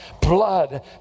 blood